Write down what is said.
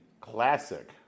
classic